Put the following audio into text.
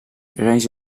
reis